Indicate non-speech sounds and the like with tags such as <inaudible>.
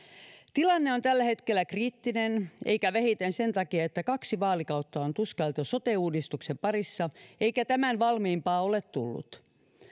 tilanne on tällä hetkellä kriittinen eikä vähiten sen takia että kaksi vaalikautta on tuskailtu sote uudistuksen parissa <unintelligible> eikä tämän valmiimpaa ole tullut